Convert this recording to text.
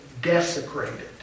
desecrated